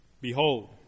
Behold